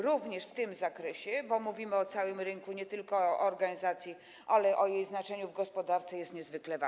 Również w tym zakresie, bo mówimy o całym rynku, nie tylko o organizacji, ale o jej znaczeniu w gospodarce, to jest niezwykle ważne.